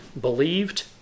believed